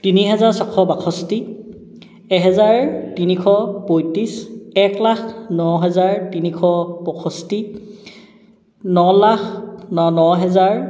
তিনি হেজাৰ ছশ বাষষ্ঠি এহেজাৰ তিনিশ পঁয়ত্ৰিছ এক লাখ ন হাজাৰ তিনিশ পয়ষষ্ঠি ন লাখ ন ন হাজাৰ